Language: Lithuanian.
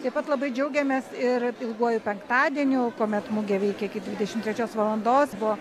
taip pat labai džiaugiamės ir ilguoju penktadieniu kuomet mugė veikė iki dvidešimt trečios valandos buvo